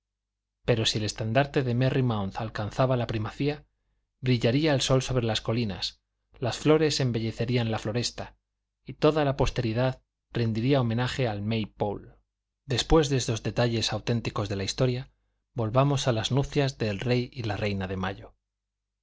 pero si el estandarte de merry mount alcanzaba la primacía brillaría el sol sobre las colinas las flores embellecerían la floresta y toda la posteridad rendiría homenaje al may pole después de estos detalles auténticos de la historia volvamos a las nupcias del rey y la reina de mayo